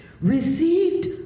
received